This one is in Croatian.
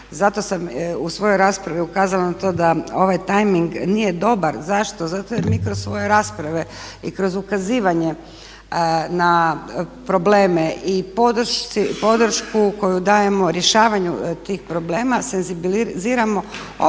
Zato sam u svojoj raspravi ukazala na to da ovaj tajming nije dobar. Zašto? Zato jer mi kroz svoje rasprave i kroz ukazivanje na probleme i podršku koju dajemo rješavanju tih problema senzibiliziramo opću